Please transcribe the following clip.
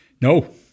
No